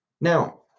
Now